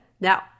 Now